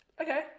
Okay